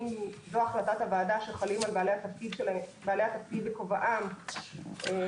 אם זו החלטת הוועדה שחלים על בעלי התפקיד בכובעם כבעלי